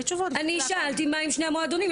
אני שאלתי מה עם שני המועדונים?